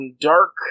dark